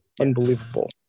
unbelievable